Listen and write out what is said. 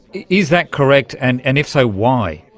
is that correct, and and if so, why?